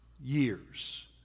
years